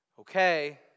Okay